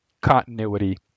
continuity